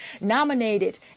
nominated